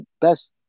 best